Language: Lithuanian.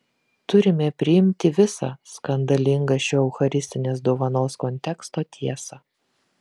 turime priimti visą skandalingą šio eucharistinės dovanos konteksto tiesą